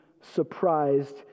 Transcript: surprised